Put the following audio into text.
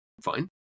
fine